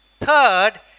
Third